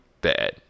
bad